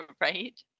Right